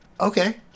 Okay